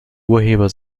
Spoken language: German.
urheber